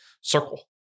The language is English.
circle